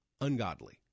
ungodly